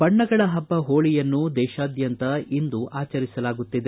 ಬಣ್ಣಗಳ ಹಬ್ಬ ಹೋಳಿಯನ್ನು ದೇಶಾದ್ಯಂತ ಇಂದು ಆಚರಿಸಲಾಗುತ್ತಿದೆ